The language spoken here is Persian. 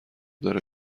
داره